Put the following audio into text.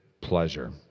pleasure